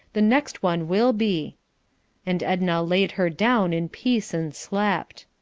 the next one will be and edna laid her down in peace and slept.